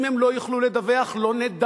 אם הם לא יוכלו לדווח, לא נדע.